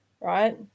Right